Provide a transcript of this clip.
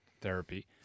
therapy